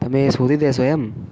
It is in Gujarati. તમે શોધી દેશો એમ